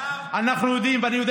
ואני אומר